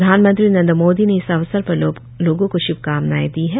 प्रधानमंत्री नरेंद्र मोदी ने इस अवसर पर लोगों को श्भकामनाएं दी हैं